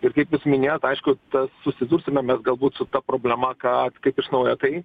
ir kaip jūs minėjot aišku tas susidursime mes galbūt su ta problema kad kaip iš naujo tai